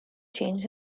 change